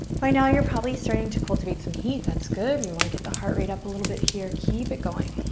by now you're probably starting to cultivate some heat. that's good. we want to get the heart rate up a little bit here. keep it going.